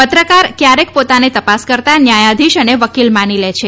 પત્રકાર કયારેક પોતાને તપાસકર્તા ન્યાયાધીશ અને વકીલ માની લે છે